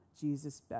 Jesus